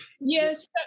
Yes